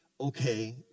Okay